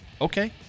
Okay